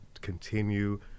continue